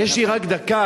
יש לי רק דקה.